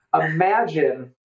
imagine